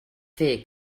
fer